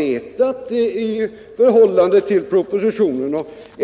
ett i förhållande till propositionen ganska omarbetat utskottsförslag som låg till grund för det beslut som riksdagen fattade.